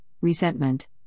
resentment